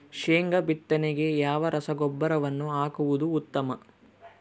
ಶೇಂಗಾ ಬಿತ್ತನೆಗೆ ಯಾವ ರಸಗೊಬ್ಬರವನ್ನು ಹಾಕುವುದು ಉತ್ತಮ?